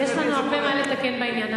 יש לנו הרבה מה לתקן בעניין,